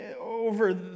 over